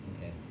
okay